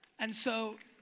and so